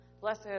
Blessed